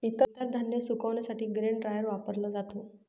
इतर धान्य सुकविण्यासाठी ग्रेन ड्रायर वापरला जातो